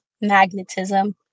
magnetism